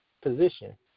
position